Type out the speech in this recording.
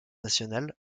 nationales